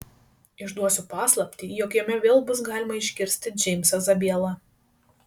išduosiu paslaptį jog jame vėl bus galima išgirsti džeimsą zabielą